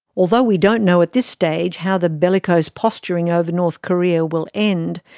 although we don't know at this stage how the bellicose posturing ah over north korea will end,